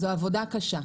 זו עבודה קשה.